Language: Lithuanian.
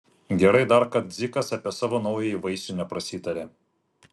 gerai dar kad dzikas apie savo naująjį vaisių neprasitarė